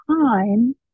time